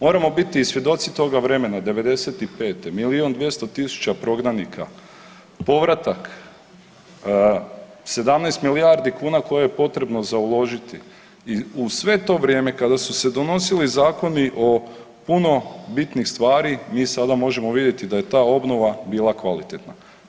Moramo biti i svjedoci toga vremena 95. milijun 200 tisuća prognanika, povratak, 17 milijardi kuna koje je potrebno za uložiti i u sve to vrijeme kada su se donosili zakoni oko puno bitnijih stvari mi sada možemo vidjeti da je ta obnova bila kvalitetna.